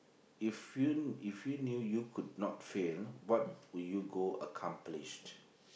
if you if you knew you could not fail what would you go accomplished